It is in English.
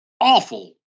awful